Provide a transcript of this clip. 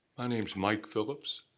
my name's mike phillips.